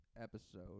episode